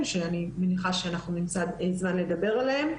שאני מניחה שאנחנו נמצא זמן לדבר עליהם.